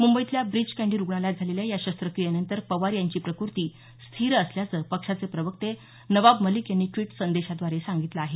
मुंबईतल्या ब्रीच कँडी रुग्णालयात झालेल्या या शस्त्रक्रियेनंतर पवार यांची प्रकृती स्थिर असल्याचं पक्षाचे प्रवक्ते नवाब मलिक यांनी ड्वीट संदेशाद्वारे सांगितलं आहे